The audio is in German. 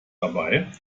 dabei